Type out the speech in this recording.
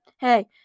hey